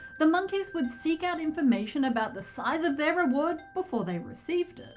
the monkeys would seek out information about the size of their reward before they received it.